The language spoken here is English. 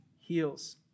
heals